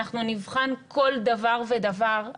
אנחנו נבחן כל דבר ודבר,